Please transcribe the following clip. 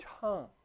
tongue